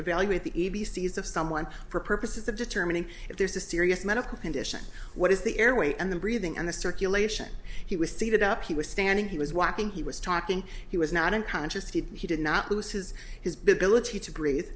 evaluate the e b c's of someone for purposes of determining if there's a serious medical condition what is the airway and the breathing and the circulation he was seated up he was standing he was walking he was talking he was not unconscious he did not lose his his